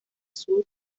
sur